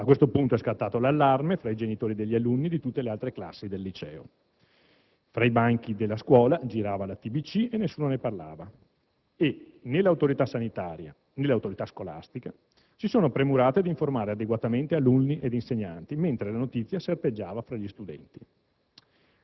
a questo punto è scattato l'allarme fra i genitori degli alunni di tutte le altre classi del liceo. Fra i banchi della scuola girava la TBC e nessuno ne parlava, e né l'autorità sanitaria, né l'autorità scolastica si sono premurate di informare adeguatamente alunni ed insegnanti, mentre la notizia serpeggiava fra gli studenti.